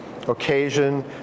Occasion